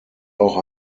auch